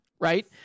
right